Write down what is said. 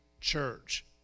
church